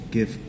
Give